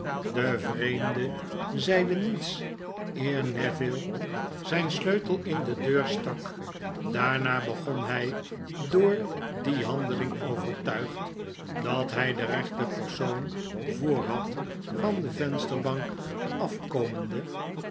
de vreemde zeide niets eer neville zyn sleutel in de deur stak daarna begon hij door die handeling overtuigd dat hy den rechten persoon voor had van de vensterbank afkomende